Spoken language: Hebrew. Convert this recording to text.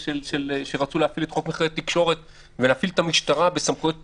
את חוק --- תקשורת ולהפעיל את המשטרה בסמכויות פיקוח,